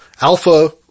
Alpha